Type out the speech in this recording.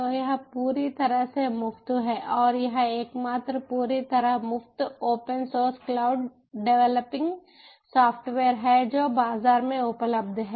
तो यह पूरी तरह से मुफ्त है और यह एकमात्र पूरी तरह मुफ्त open source cloud developing software है जो बाजार में उपलब्ध है